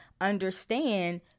understand